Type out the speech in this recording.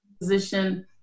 position